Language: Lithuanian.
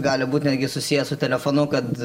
gali būti netgi susiję su telefonu kad